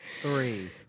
Three